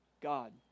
God